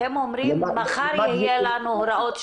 אתם אומרים מחר יהיו לנו הוראות.